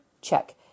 Check